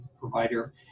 provider